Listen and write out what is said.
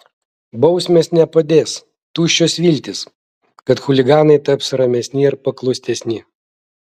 bausmės nepadės tuščios viltys kad chuliganai taps ramesni ir paklusnesni